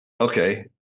okay